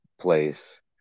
place